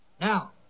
Now